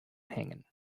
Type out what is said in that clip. hängen